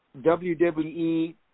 WWE